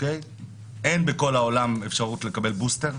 אין בכל העולם אפשרות לקבל בוסטר.